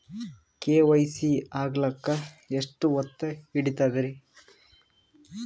KYC ಆಗಲಕ್ಕ ಎಷ್ಟ ಹೊತ್ತ ಹಿಡತದ್ರಿ?